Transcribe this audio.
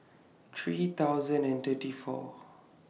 three thousand and thirty four